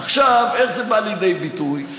עכשיו, איך זה בא לידי ביטוי?